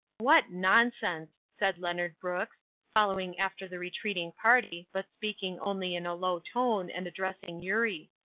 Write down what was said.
what nonsense! said leonard brooks, following after the retreating party, but speaking only in a low tone, and addressing eurie.